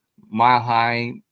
mile-high